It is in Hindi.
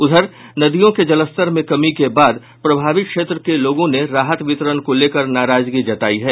उधर नदियों के जलस्तर में कमी के बाद प्रभावित क्षेत्र के लोगों ने राहत वितरण को लेकर नराजगी जतायी है